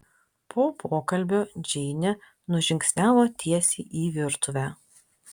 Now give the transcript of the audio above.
po pokalbio džeinė nužingsniavo tiesiai į virtuvę